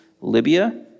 Libya